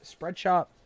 Spreadshop